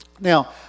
Now